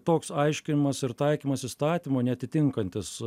toks aiškinimas ir taikymas įstatymo neatitinkantis